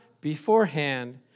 beforehand